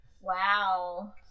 Wow